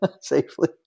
safely